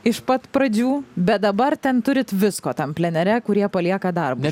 iš pat pradžių bet dabar ten turit visko tam plenere kurie palieka darbus